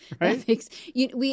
Right